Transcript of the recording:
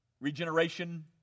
regeneration